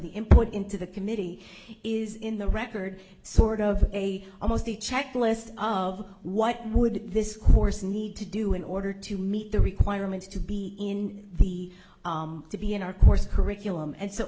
the input into the committee is in the record sort of almost a checklist of what would this course need to do in order to meet the requirements to be in the to be in our course curriculum and so